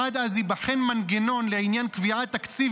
עד אז ייבחן מנגנון לעניין קביעת תקציב